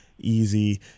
easy